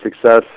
success